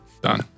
done